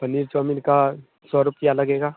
paneer chow mein का सौ रूपया लगेगा